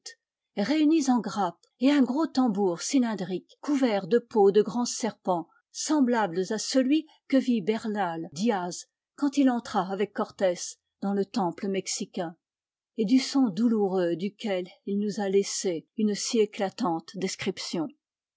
réunies en grappes et un gros tambour cylindrique couvert de peaux de grands serpents semblables à celui que vit bernai diaz quand il entra avec cortez dans le temple mexicain et du son douloureux duquel il nous a laissé une si éclatante description